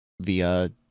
via